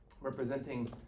representing